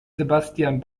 sebastian